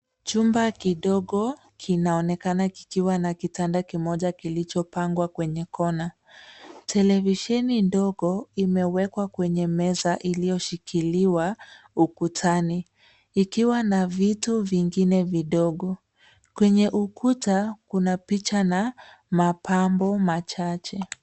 Chumba kidogo kinaonekana kikiwa na kitanda kimoja kilichopangwa kwenye kona. Televisheni ndogo imewekwa kwenye meza iliyoshikiliwa ukutani ikiwa na vitu vingine vidogo. Kwenye ukuta, kuna picha na mapambo machache.